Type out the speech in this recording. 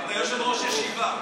אבל אתה יושב-ראש ישיבה.